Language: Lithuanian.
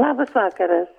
labas vakaras